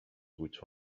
which